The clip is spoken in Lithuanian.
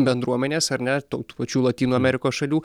bendruomenės ar ne tų pačių lotynų amerikos šalių